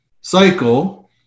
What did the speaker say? cycle